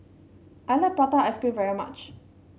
I like Prata Ice Cream very much